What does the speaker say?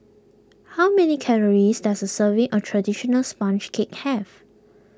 how many calories does a serving of Traditional Sponge Cake have